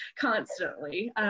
constantly